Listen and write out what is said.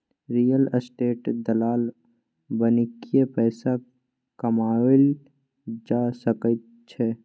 real estate दलाल बनिकए पैसा कमाओल जा सकैत छै